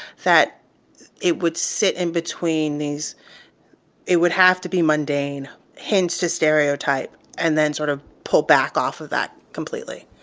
that it would sit in between these it would have to be mundane hints to stereotype and then sort of pull back off of that completely.